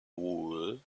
wool